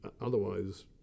otherwise